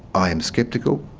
i am sceptical,